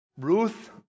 Ruth